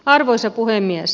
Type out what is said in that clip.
arvoisa puhemies